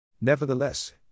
Nevertheless